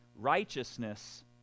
righteousness